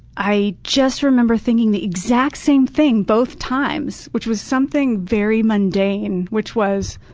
i just remember thinking the exact same thing both times, which was something very mundane, which was,